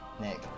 Nick